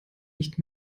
nicht